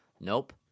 Nope